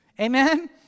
Amen